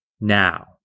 Now